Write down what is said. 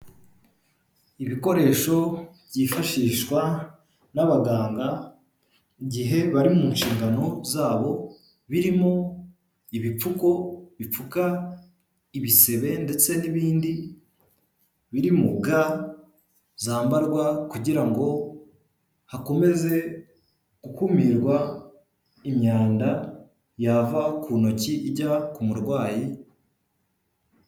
Ibikoresho byifashishwa n'abaganga igihe bari mu nshingano zabo, birimo ibipfuko bipfuka ibisebe, ndetse n'ibindi birimu ga zambarwa kugira ngo hakomeze gukumirwa imyanda yava ku ntoki ijya ku murwayi.